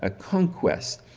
ah conquest.